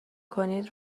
کنید